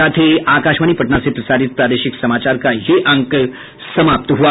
इसके साथ ही आकाशवाणी पटना से प्रसारित प्रादेशिक समाचार का ये अंक समाप्त हुआ